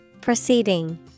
Proceeding